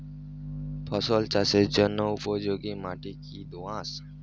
ফসল চাষের জন্য উপযোগি মাটি কী দোআঁশ?